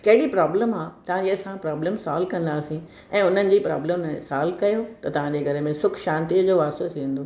कहिड़ी प्रोबलम आहे तव्हांजी असां प्रोबलम सोल्व कंदासीं ऐं उन्हनि जी प्रोबलम सोल्व करियो त तव्हांजे घर में सुखु शांतीअ जो वासो थींदो